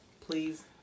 Please